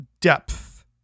depth